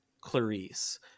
Clarice